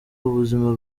ubuzima